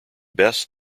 best